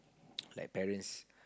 like parents